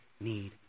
need